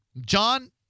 john